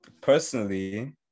personally